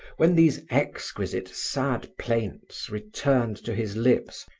when these exquisite, sad plaints returned to his lips,